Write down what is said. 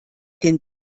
den